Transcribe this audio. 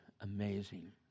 amazing